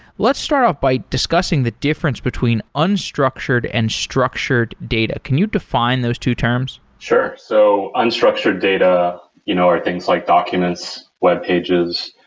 let's start off by discussing the difference between unstructured and structured data. can you define those two terms? sure. so unstructured data you know are things like documents, webpages.